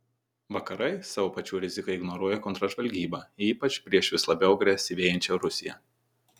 vakarai savo pačių rizikai ignoruoja kontržvalgybą ypač prieš vis labiau agresyvėjančią rusiją